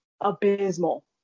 abysmal